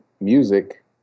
music